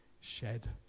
shed